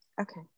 okay